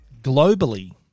globally